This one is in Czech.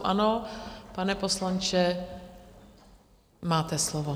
Ano, pane poslanče, máte slovo.